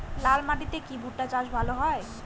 লাল মাটিতে কি ভুট্টা চাষ ভালো হয়?